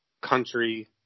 country